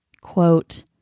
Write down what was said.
quote